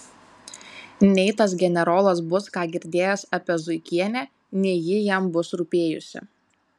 nei tas generolas bus ką girdėjęs apie zuikinę nei ji jam bus rūpėjusi